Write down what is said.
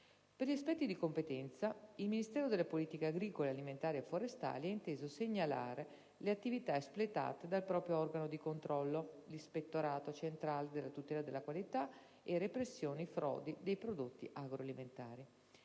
Per gli aspetti di competenza, il Ministero delle politiche agricole, alimentari e forestali ha inteso segnalare le attività espletate dal proprio organo di controllo, l'Ispettorato centrale della tutela della qualità e repressione frodi dei prodotti agroalimentari,